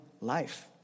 life